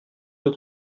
taux